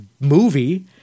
movie